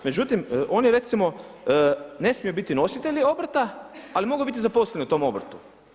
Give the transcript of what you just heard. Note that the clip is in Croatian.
Međutim, oni recimo ne smiju biti nositelji obrta, ali mogu biti zaposleni u tom obrtu.